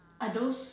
are those